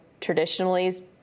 traditionally